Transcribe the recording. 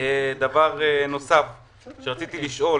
דבר נוסף שרציתי לשאול,